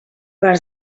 per